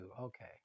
okay